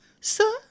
sir